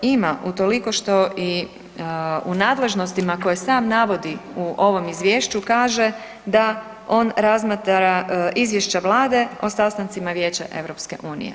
Ima, utoliko što i u nadležnostima koje sam navodi u ovom Izvješću, kaže da on razmatra izvješća Vlade o sastancima Vijeća EU.